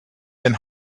been